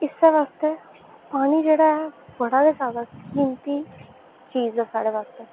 इस्सै आस्तै पानी जेह्ड़ा ऐ बड़ा गै जैदा कीमती चीज ऐ साढ़े आस्तै